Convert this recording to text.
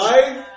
Life